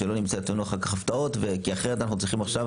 שלא נמצא אחר כך הפתעות אחרת אנחנו צריכים עכשיו